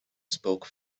spoke